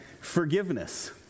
forgiveness